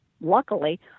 luckily